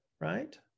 right